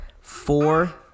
four